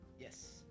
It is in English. Yes